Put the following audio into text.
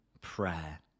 prayer